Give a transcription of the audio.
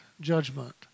judgment